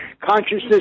Consciousness